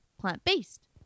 plant-based